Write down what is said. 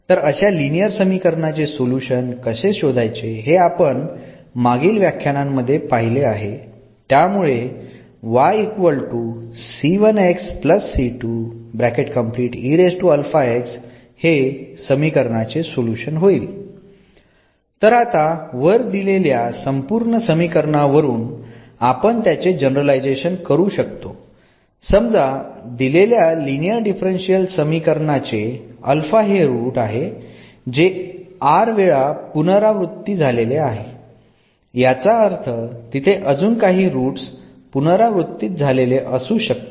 तर अशा लिनियर समीकरणाचे सोल्युशन कसे शोधायचे हे आपण मागील काही व्याख्यानांमध्ये बघितले आहे त्यामुळे तर आता वर दिलेल्या संपूर्ण समिकरणा वरून आपण त्याचे जनरलायझेशन करू शकतो समजा दिलेल्या लिनियर डिफरन्शियल समीकरण चे हे रूट आहे जे r वेळा पुनरावृत्ती झालेले आहे याचा अर्थ तिथे अजून काही रुट्स पुनरावृत्तीत झालेले असू शकतील